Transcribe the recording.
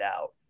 out